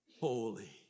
holy